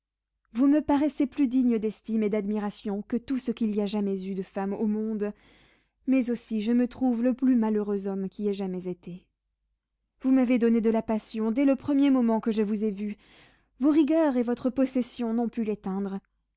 vous me paraissez plus digne d'estime et d'admiration que tout ce qu'il y a jamais eu de femmes au monde mais aussi je me trouve le plus malheureux homme qui ait jamais été vous m'avez donné de la passion dès le premier moment que je vous ai vue vos rigueurs et votre possession n'ont pu l'éteindre